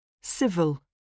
Civil